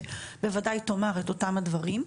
שבוודאי תאמר את אותם הדברים.